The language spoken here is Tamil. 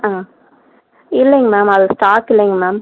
ஆ இல்லைங்க மேம் அது ஸ்டாக் இல்லைங்க மேம்